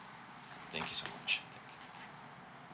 thank you so much thank you